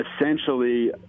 essentially